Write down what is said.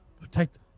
protect